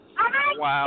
Wow